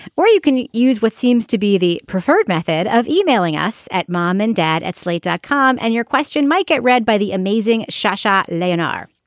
or you can use what seems to be the preferred method of emailing us at mom and dad at slate dot com. and your question might get read by the amazing shashank leonor.